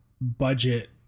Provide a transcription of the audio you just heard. budget